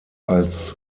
als